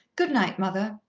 good-night, mother.